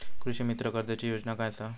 कृषीमित्र कर्जाची योजना काय असा?